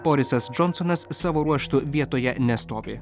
borisas džonsonas savo ruožtu vietoje nestovi